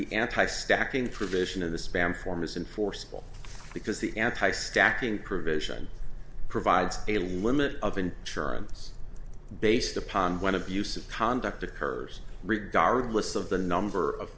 the anti stacking provision in the spam form is in forcible because the anti stacking provision provides a limit of in surance based upon when abusive conduct occurs regardless of the number of